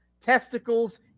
testicles